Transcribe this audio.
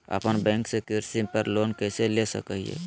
अपना बैंक से कृषि पर लोन कैसे ले सकअ हियई?